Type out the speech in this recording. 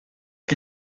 que